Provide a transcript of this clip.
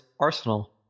Arsenal